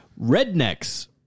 Rednecks